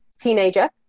teenager